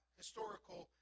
historical